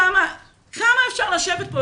כמה אפשר לשבת פה?